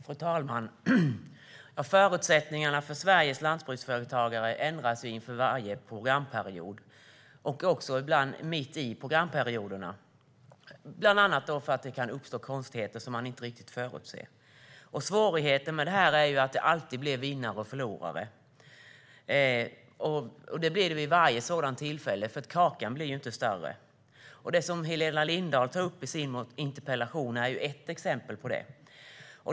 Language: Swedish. Fru talman! Förutsättningarna för Sveriges lantbruksföretagare ändras inför varje programperiod och ibland även mitt i programperioderna, bland annat eftersom det kan uppstå konstigheter som man inte riktigt kan förutse. Svårigheten med det här är att det alltid blir vinnare och förlorare. Det blir det vid varje sådant tillfälle, för kakan blir ju inte större. Det som Helena Lindahl tar upp i sin interpellation är ett exempel på detta.